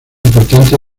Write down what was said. importante